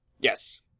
Yes